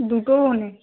দুটোও অনেক